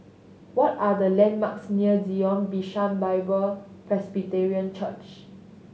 what are the landmarks near Zion Bishan Bible Presbyterian Church